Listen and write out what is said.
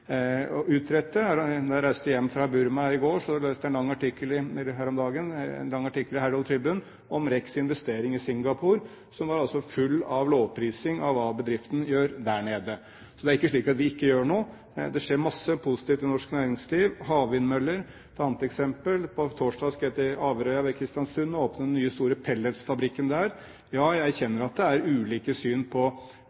fra Burma her om dagen, leste jeg en lang artikkel i Herald Tribune om RECs investering i Singapore, som var full av lovprising av hva bedriften gjør der nede. Så det er ikke slik at vi ikke gjør noe. Det skjer mye positivt i norsk næringsliv. Havvindmøller er et annet eksempel. På torsdag skal jeg til Averøy ved Kristiansund og åpne den nye, store pelletsfabrikken der. Ja,